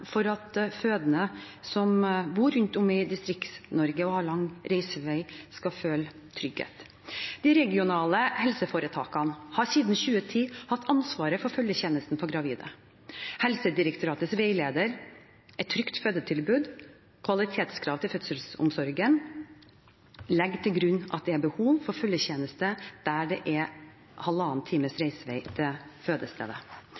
for at fødende som bor rundt om i Distrikts-Norge og har lang reisevei, skal føle trygghet. De regionale helseforetakene har siden 2010 hatt ansvaret for følgetjenesten for gravide. Helsedirektoratets veileder «Et trygt fødetilbud. Kvalitetskrav til fødselsomsorgen» legger til grunn at det er behov for følgetjeneste der det er halvannen times reisevei til fødestedet.